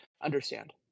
Understand